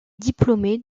diplômée